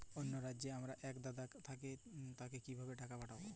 অন্য রাজ্যে আমার এক দাদা থাকে তাকে কিভাবে টাকা পাঠাবো?